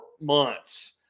months